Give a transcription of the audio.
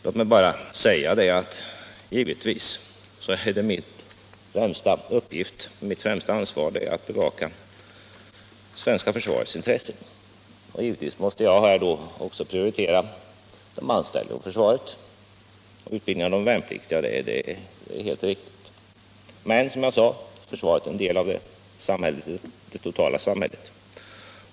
Låt mig bara säga att givetvis är det min främsta uppgift och mitt ansvar att bevaka det svenska försvarets intressen. Givetvis skall jag också prioritera de anställda hos försvaret och utbildningen av de värnpliktiga. Det är helt riktigt. Men som jag sade är försvaret en del av det totala samhället.